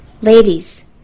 Ladies